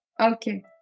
Okay